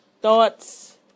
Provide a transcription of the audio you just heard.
thoughts